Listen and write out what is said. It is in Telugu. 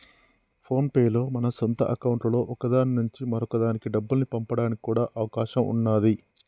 ఫోన్ పే లో మన సొంత అకౌంట్లలో ఒక దాని నుంచి మరొక దానికి డబ్బుల్ని పంపడానికి కూడా అవకాశం ఉన్నాది